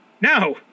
No